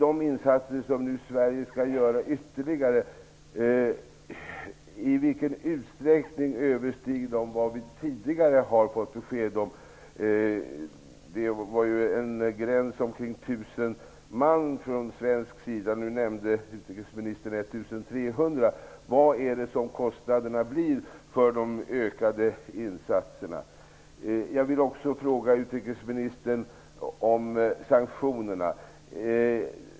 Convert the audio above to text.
I vilken utsträckning överstiger de insatser som Sverige skall göra ytterligare vad vi tidigare har fått besked om? Det fanns en gräns på omkring 1 000 man från svensk sida. Nu nämnde utrikesministern 1 300. Vad blir kostnaden för de ökade insatserna? Jag vill också fråga utrikesministern om sanktionerna.